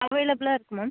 அவைலபில்லாக இருக்கு மேம்